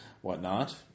whatnot